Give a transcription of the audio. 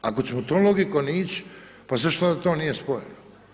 Ako ćemo tom logikom ić' pa zašto onda to nije spojeno?